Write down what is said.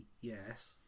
yes